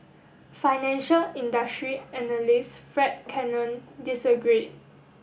financial industry analyst Fred Cannon disagreed